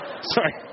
sorry